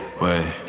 wait